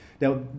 Now